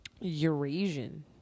Eurasian